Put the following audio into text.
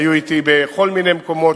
היו אתי בכל מיני מקומות.